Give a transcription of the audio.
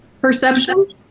Perception